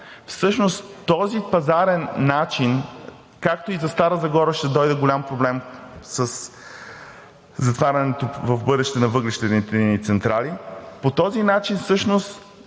всъщност този пазарен начин, както и за Стара Загора ще дойде голям проблем със затварянето в бъдеще на въглищните ни централи, по този начин бизнесите